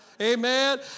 Amen